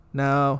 now